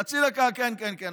חצי דקה, כן, כן.